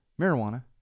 marijuana